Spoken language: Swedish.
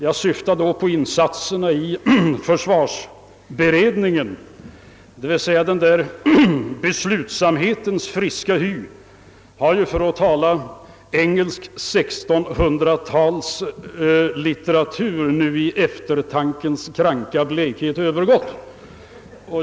Jag syftar då på insatserna i försvarsberedningen, där den beslutsamhetens friska hy — för att tala engelsk 1600 talslitteratur — nu »i eftertankens kranka blekhet» övergått.